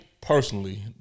personally